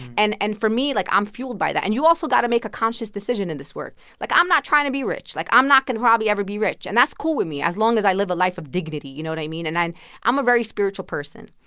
and and for me, like, i'm fueled by that and you also got to make a conscious decision in this work. like, i'm not trying to be rich. like, i'm not going to probably ever be rich. and that's cool with me as long as i live a life of dignity. you know what i mean? and i'm i'm a very spiritual person.